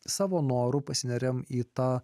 savo noru pasineriame į tą